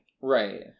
right